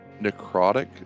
necrotic